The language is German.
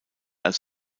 als